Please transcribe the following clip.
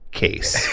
case